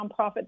nonprofit